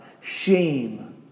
Shame